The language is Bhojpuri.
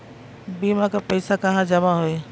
बीमा क पैसा कहाँ जमा होई?